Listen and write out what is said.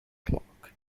clarke